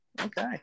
Okay